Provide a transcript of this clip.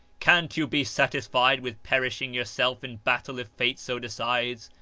can't you be satisfied with perishing yourself in battle if fate so decides?